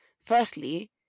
firstly